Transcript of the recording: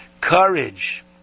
Courage